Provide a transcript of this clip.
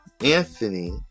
anthony